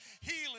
healing